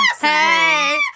Hey